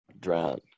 drown